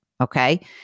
Okay